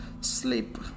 sleep